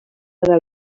del